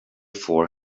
four